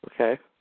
Okay